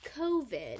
COVID